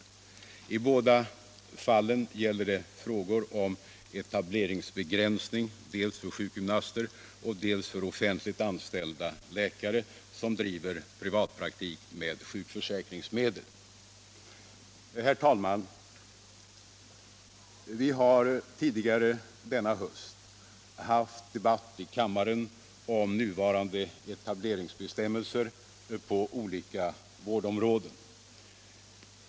I båda fallen gäller det frågor om etableringsbegränsning, dels för sjukgymnaster, dels för offentligt anställda läkare som driver privatpraktik med sjukförsäkringsmedel. Herr talman! Vi har tidigare denna höst haft debatt i kammaren om nuvarande etableringsbestämmelser på olika vårdområden.